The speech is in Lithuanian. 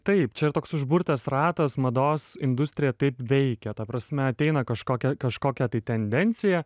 taip čia yra toks užburtas ratas mados industrija taip veikia ta prasme ateina kažkokiai kažkokia tai tendencija